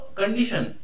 condition